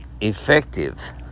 effective